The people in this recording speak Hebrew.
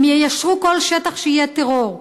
הם יישרו כל שטח שיהיה בו טרור.